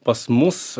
pas mus